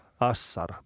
Assar